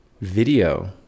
video